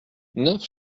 neuf